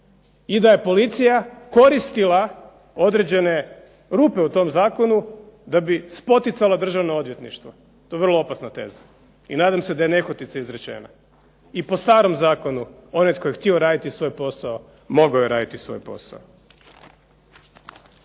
i da je policija koristila određene rupe u tom zakonu da bi spoticala Državno odvjetništvo. To je vrlo opasna teza i nadam se da je nehotice izrečena. I po starom zakonu onaj tko je htio raditi svoj posao, mogao je raditi svoj posao.